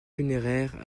funéraire